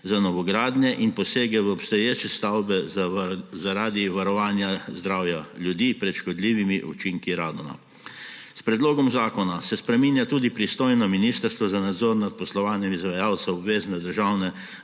za novogradnje in posege v obstoječe stavbe zaradi varovanja zdravja ljudi pred škodljivimi učinki radona. S predlogom zakona se spreminja tudi prisojno ministrstvo za nadzor nad poslovanjem izvajalca obvezne državne